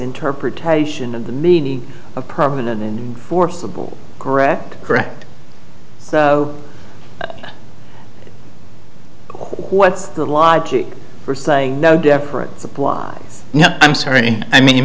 interpretation of the meaning of permanent forcible correct correct so what's the logic for saying no deference applies no i'm sorry i mean